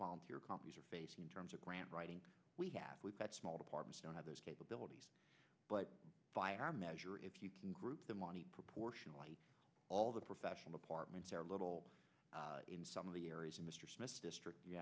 volunteer companies are facing in terms of grant writing we have we've got small departments don't have those capabilities but by our measure if you can group the money proportionately all the professional apartments are little in some of the areas in mr smith district